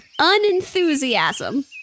Unenthusiasm